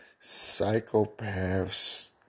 Psychopaths